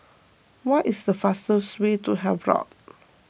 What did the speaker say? what is the fastest way to Havelock